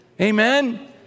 Amen